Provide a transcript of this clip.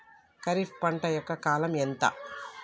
ఖరీఫ్ పంట యొక్క కాలం ఎంత?